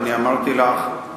ואני אמרתי לך,